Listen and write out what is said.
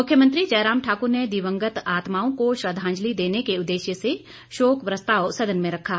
मुख्यमंत्री जयराम ठाकुर ने दिवंगत आत्माओं को श्रद्वांजली देने के उददेश्य से शोक प्रस्ताव सदन में रखा